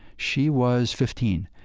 she was fifteen.